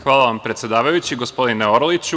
Hvala vam, predsedavajući, gospodine Orliću.